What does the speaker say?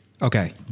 Okay